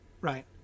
right